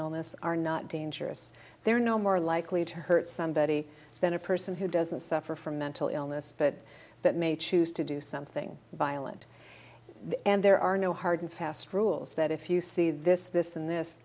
illness are not dangerous they're no more likely to hurt somebody than a person who doesn't suffer from mental illness but that may choose to do something violent and there are no hard and fast rules that if you see this this and this